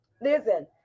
listen